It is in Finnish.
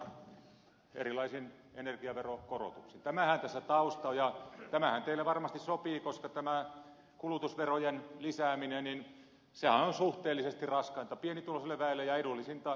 tämähän tässä tausta on ja tämähän teille varmasti sopii koska kulutusverojen lisääminenhän on suhteellisesti raskainta pienituloiselle väelle ja edullisinta isotuloisille